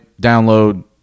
download